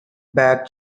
back